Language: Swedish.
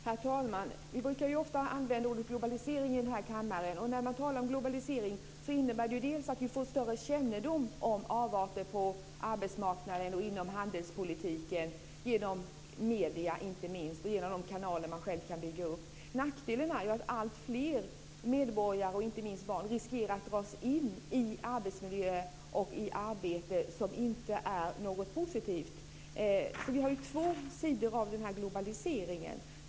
Herr talman! Vi brukar ofta här i kammaren använda ordet globalisering. När vi talar om globalisering innebär det bl.a. att vi får större kännedom om avarter på arbetsmarknaden och inom handelspolitiken, inte minst genom medier och kanaler man själv kan bygga upp. Nackdelen är att alltfler medborgare, inte minst barn, riskerar att dras in i arbetsmiljöer och arbeten som inte är positiva. Det finns alltså två sidor av globaliseringen.